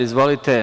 Izvolite.